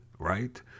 Right